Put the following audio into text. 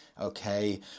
Okay